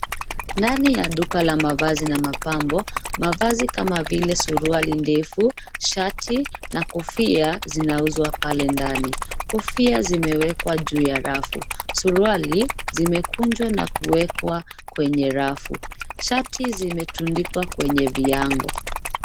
Ndani ya duka la mavazi na mapambo. Mavazi kama vile suruali ndefu, shati na kofia zinauzwa pale ndani. Kofia zimewekwa juu ya rafu. Suruali zimekunjwa na kuwekwa kwenye rafu. Shati zimetandikwa kwenye viango.